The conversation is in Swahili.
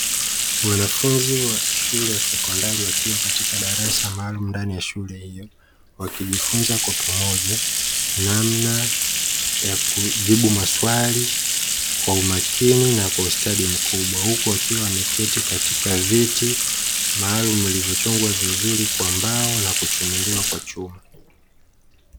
Wanafunzi wa shule ya sekondari wakiwa katika darasa maalum ndani ya shule yenye wakijifunza kwa pamoja namna ya kujibu maswali kwa umakini na kwa ustadi mkubwa huku wakiwa wameketi katika viti maalum vilivyochongwa vizuri kwa mbao na kuchaguliwa na chuo.